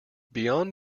beyond